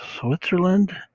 Switzerland